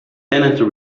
tenant